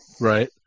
right